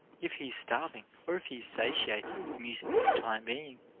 if he is starving, or if he is satiated with music for the time being,